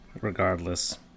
Regardless